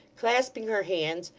clasping her hands,